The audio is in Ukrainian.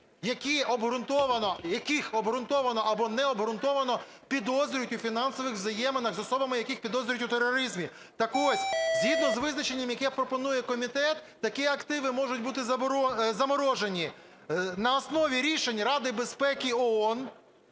яких обґрунтовано або необґрунтовано підозрюють у фінансових взаєминах з особами, яких підозрюють у тероризмі. Так ось, згідно з визначенням, яке пропонує комітет, такі активи можуть бути заморожені на основі рішень Ради безпеки ООН,